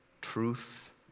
truth